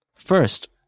First